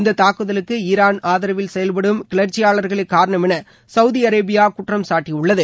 இந்த தாக்குதலுக்கு ஈரான் ஆதரவில் செயல்படும் கிளர்ச்சியார்களே காரணம் என சவூதி அரேபியா குற்றம் சாட்டியது